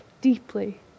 deeply